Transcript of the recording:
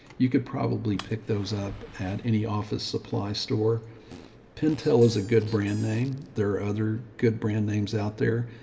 you could probably pick those up at any office. supply store pentel is a good brand name. there are other good brand names out there,